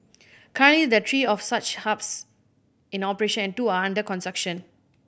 currently there are three of such hubs in operation and two are under construction